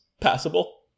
passable